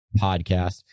Podcast